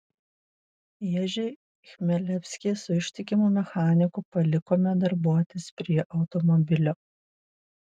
ježį chmelevskį su ištikimu mechaniku palikome darbuotis prie automobilio